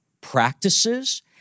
practices